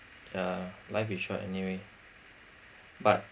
uh life is short anyway but